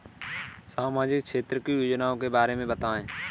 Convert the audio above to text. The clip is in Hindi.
सामाजिक क्षेत्र की योजनाओं के बारे में बताएँ?